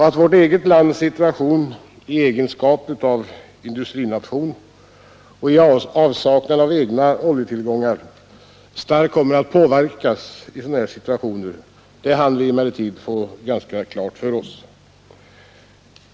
Att vårt eget land, i egenskap av industrination i avsaknad av egna oljetillgångar, starkt kommer att påverkas i sådana här sammanhang hann vi emellertid få ganska klart för oss.